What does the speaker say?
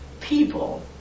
people